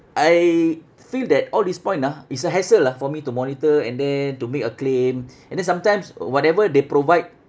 I feel that all this point ah it's a hassle lah for me to monitor and then to make a claim and then sometimes whatever they provide